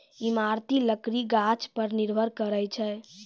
इमारती लकड़ी गाछ पर निर्भर करै छै